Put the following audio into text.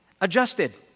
adjusted